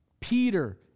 Peter